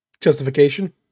justification